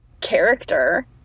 character